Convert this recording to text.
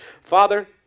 Father